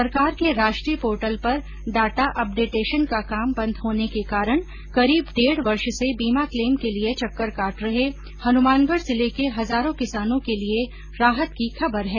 सरकार के राष्ट्रीय पोर्टल पर डाटा अपडेटेशन का काम बंद होने के कारण करीब डेढ़ वर्ष से बीमा क्लेम के लिए चक्कर काट रहे हनुमानगढ़ जिले के हजारों किसानों के लिए राहत की खबर है